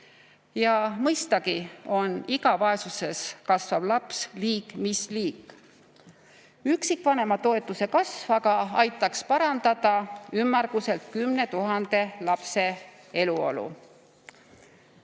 Mõistagi on iga vaesuses kasvav laps liig mis liig. Üksikvanema toetuse kasv aga aitaks parandada ümmarguselt 10 000 lapse eluolu.